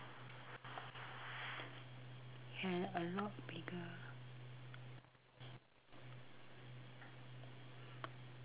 have a lot bigger